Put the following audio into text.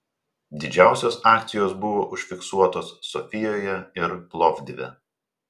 didžiausios akcijos buvo užfiksuotos sofijoje ir plovdive